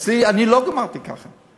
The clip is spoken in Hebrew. אצלי, אני לא גמרתי ככה.